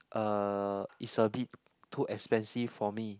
uh is a bit too expensive for me